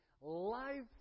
Life